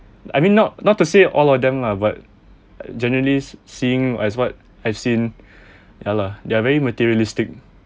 I mean not not to say all of them lah but generally see seeing as what I've seen yeah lah they're very materialistic